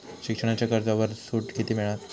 शिक्षणाच्या कर्जावर सूट किती मिळात?